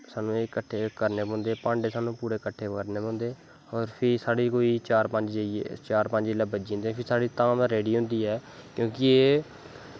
सगले कट्ठे करने पौंदे भांडे सानूं पूरे कट्ठे करने पौंदे फ्ही जाइयै चार पंज बज्जी जंदे ते साढ़ी धाम रड़ी होंदी ऐ क्योंकि एह्